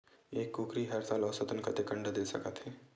एक कुकरी हर साल औसतन कतेक अंडा दे सकत हे?